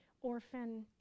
orphan